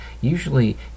usually